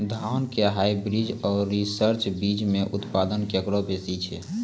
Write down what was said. धान के हाईब्रीड और रिसर्च बीज मे उत्पादन केकरो बेसी छै?